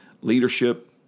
leadership